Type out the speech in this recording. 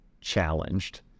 challenged